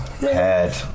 head